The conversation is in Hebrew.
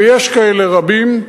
ויש כאלה רבים,